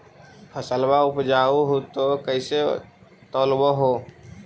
फसलबा उपजाऊ हू तो कैसे तौउलब हो?